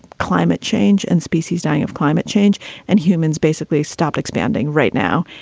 climate change and species dying of climate change and humans basically stop expanding right now.